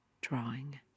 drawing